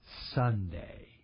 Sunday